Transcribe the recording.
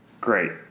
Great